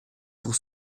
pour